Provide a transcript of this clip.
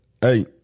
hey